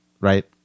Right